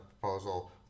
proposal